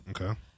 Okay